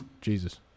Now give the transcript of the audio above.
Jesus